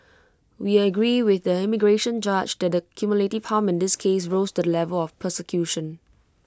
we agree with the immigration judge that the cumulative harm in this case rose to the level of persecution